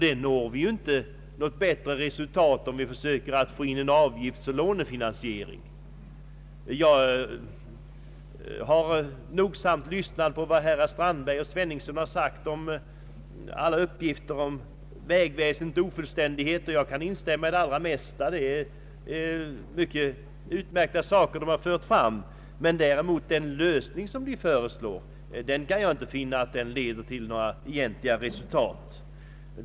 Vi når inte bättre resultat genom en avgiftsoch lånefinansiering. Jag har noga lyssnat till vad herrar Strandberg och Sveningsson sagt om vägväsendets ofullständighet. Jag kan instämma i det mesta, deras anmärkningar är fullt befogade. Deras förslag till lösning finner jag emellertid inte leder till några egentliga resultat.